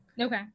Okay